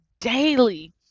daily